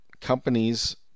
companies